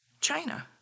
China